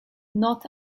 not